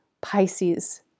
Pisces